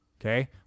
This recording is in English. Okay